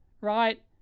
right